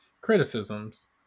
criticisms